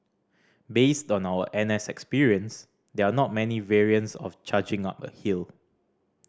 based on our N S experience there are not many variants of charging up a hill